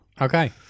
Okay